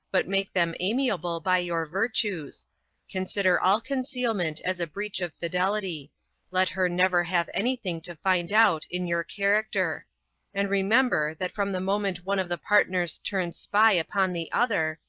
but make them amiable by your virtues consider all concealment as a breach of fidelity let her never have any thing to find out in your character and remember, that from the moment one of the partners turns spy upon the other,